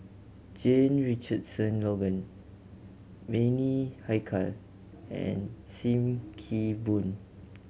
Jame Richardson Logan Bani Haykal and Sim Kee Boon